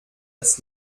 das